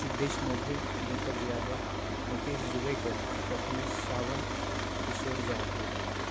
Siddhesh Moghe Deepak Yadav Mukesh Juvekar Prathamesh Sawant Kishore Jadhav